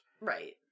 Right